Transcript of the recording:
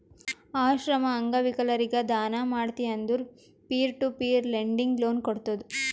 ಆಶ್ರಮ, ಅಂಗವಿಕಲರಿಗ ದಾನ ಮಾಡ್ತಿ ಅಂದುರ್ peer to peer lending loan ಕೋಡ್ತುದ್